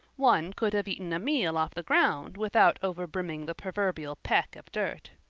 one could have eaten a meal off the ground without over-brimming the proverbial peck of dirt.